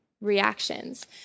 reactions